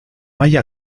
haya